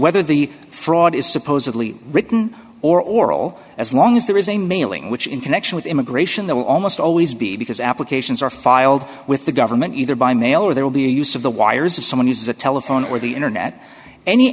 whether the fraud is supposedly written or oral as long as there is a mailing which in connection with immigration there will almost always be because applications are filed with the government either by mail or there will be a use of the wires of someone uses the telephone or the internet any